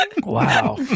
wow